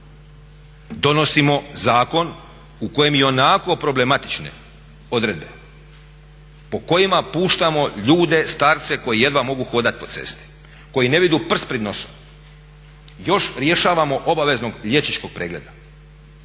Donosimo zakon u kojem ionako problematične odredbe po kojima puštamo ljude, starce koji jedva mogu hodati po cesti, koji ne vide prst pred nosom još rješavamo obaveznog liječničkog pregleda